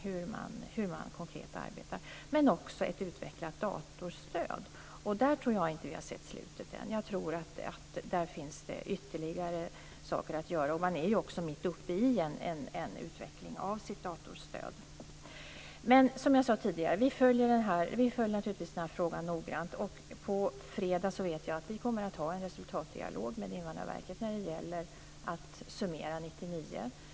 Det handlar om hur man arbetar konkret men också om ett utvecklat datorstöd. I det avseendet tror jag inte att vi har sett slutet än. Jag tror att det finns ytterligare saker att göra. Man är också mitt uppe i en utveckling av sitt datorstöd. Men, som jag sade tidigare, vi följer naturligtvis den här frågan noggrant. På fredag vet jag att vi kommer att ha en resultatdialog med Invandrarverket när det gäller att summera 1999.